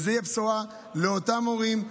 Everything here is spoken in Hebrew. זאת תהיה בשורה לאותם הורים,